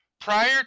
Prior